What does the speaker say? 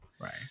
Right